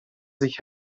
sich